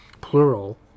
plural